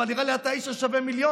אבל נראה לי שאתה האיש השווה מיליונים,